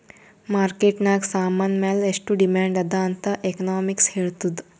market ನಾಗ್ ಸಾಮಾನ್ ಮ್ಯಾಲ ಎಷ್ಟು ಡಿಮ್ಯಾಂಡ್ ಅದಾ ಅಂತ್ ಎಕನಾಮಿಕ್ಸ್ ಹೆಳ್ತುದ್